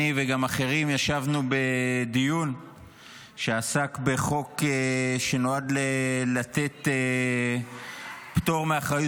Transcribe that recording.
אני וגם אחרים ישבנו בדיון שעסק בחוק שנועד לתת פטור מאחריות